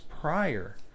prior